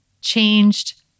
changed